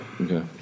Okay